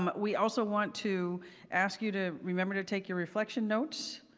um we also want to ask you to remember to take your reflection notes.